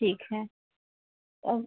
ठीक है और